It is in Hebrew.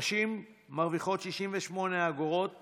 נשים מרוויחות 68 אגורות